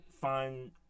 find